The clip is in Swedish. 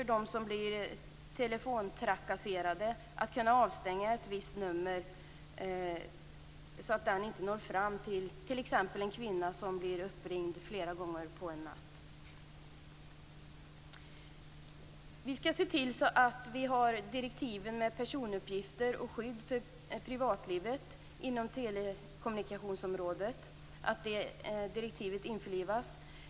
De som blir telefontrakasserade skall också ges möjlighet att stänga av ett visst nummer, så att t.ex. någon som ringer upp en kvinna flera gånger på en natt inte når fram. Vi skall se till att direktivet om personuppgifter och skydd för privatlivet inom telekommunikationsområdet införlivas.